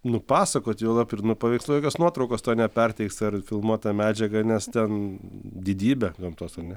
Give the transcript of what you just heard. nupasakot juolab ir nupaveiksluo jokios nuotraukos to neperteiks ar filmuota medžiaga nes ten didybė gamtos ar ne